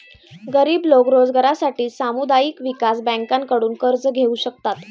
गरीब लोक रोजगारासाठी सामुदायिक विकास बँकांकडून कर्ज घेऊ शकतात